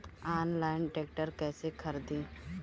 Online tractor कैसे खरदी?